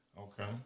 Okay